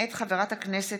מאת חברי הכנסת